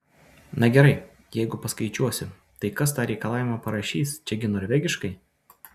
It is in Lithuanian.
na gerai jeigu paskaičiuosiu tai kas tą reikalavimą parašys čia gi norvegiškai